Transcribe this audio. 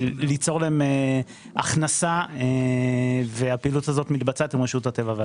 להם הכנסה והפעילות הזאת מתבצעת עם רשות הטבע והגנים.